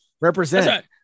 Represent